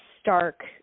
stark